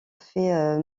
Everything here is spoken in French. fait